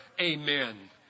Amen